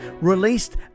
released